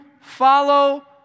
follow